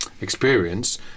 experience